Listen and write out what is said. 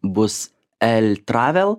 bus el travel